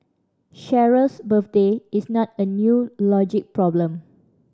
Cheryl's birthday is not a new logic problem